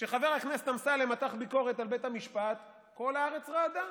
כשחבר הכנסת אמסלם מתח ביקורת על בית המשפט כל הארץ רעדה.